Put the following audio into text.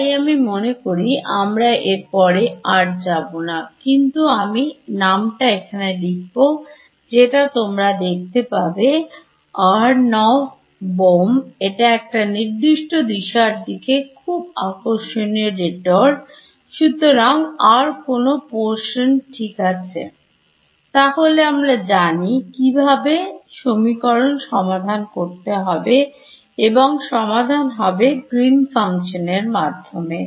তাই আমি মনে করি আমরা এরপরে আর যাব না কিন্তু আমি নামটা এখানে লিখব যেটা তোমরা দেখতে পাবে Aharonov Bohmএটা একটা নির্দিষ্ট দিশার দিকে খুব আকর্ষণীয় detour সুতরাং আর কোন প্রশ্ন ঠিক আছে তাহলে আমরা জানি কিভাবে সমীকরণ সমাধান করতে হবে এবং সমাধান হবে Green Function এর মাধ্যমে